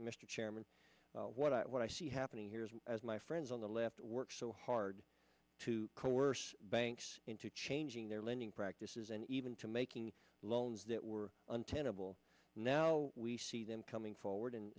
mr chairman what i what i see happening here is as my friends on the left work so hard to coerce banks into changing their lending practices and even to making loans that were untenable now we see them coming forward and